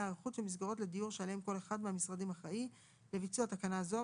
ההיערכות של מסגרות לדיור שעליהן כל אחד מהמשרדים אחראי לביצוע תקנה זו,